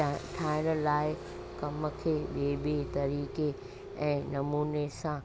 ठाहिण लाइ कम खे ॿिए ॿिए तरीक़े ऐं नमूने सां